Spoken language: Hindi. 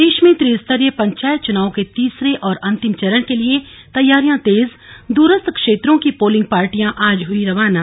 प्रदेश में त्रिस्तरीय पंचायत चुनाव के तीसरे और अंतिम चरण के लिए तैयारियां तेज द्रस्थ क्षेत्रों की पोलिंग पार्टियां आज हई रवाना